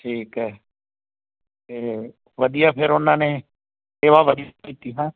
ਠੀਕ ਹੈ ਅਤੇ ਵਧੀਆ ਫਿਰ ਉਹਨਾਂ ਨੇ ਸੇਵਾ ਵਧੀਆ ਕੀਤੀ ਹੈ